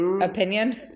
opinion